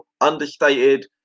understated